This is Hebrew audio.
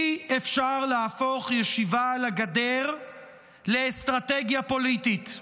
אי-אפשר להפוך ישיבה על הגדר לאסטרטגיה פוליטית.